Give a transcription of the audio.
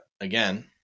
again